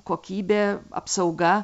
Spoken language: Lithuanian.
kokybė apsauga